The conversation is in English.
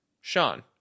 Sean